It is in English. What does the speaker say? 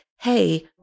hey